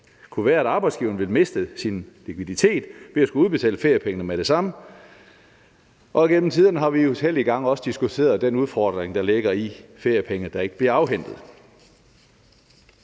diskussioner være, at arbejdsgiveren ville miste sin likviditet ved at skulle udbetale feriepengene med det samme. Og igennem tiderne har vi også utallige gange diskuteret den udfordring, der ligger i forhold til feriepenge, som ikke bliver afhentet.